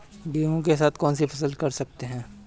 गेहूँ के साथ कौनसी फसल कर सकते हैं?